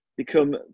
become